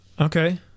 Okay